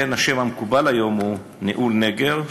לכן השם המקובל היום הוא ניהול נגר,